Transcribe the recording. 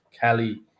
Kelly